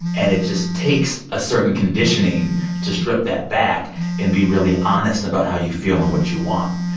and it just takes a certain conditioning to strip that back and be really honest about how you feel and what you want.